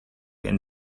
and